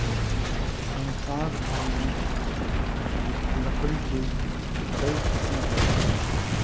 संसार भर में लकड़ी के कई किसिम होला